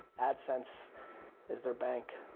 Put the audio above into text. adsense is their bank.